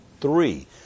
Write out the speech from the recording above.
three